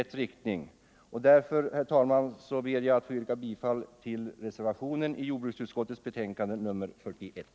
rätt riktning. Därför, herr talman, ber jag att få yrka bifall till reservationen vid jordbruksutskottets betänkande nr 41.